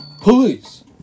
Police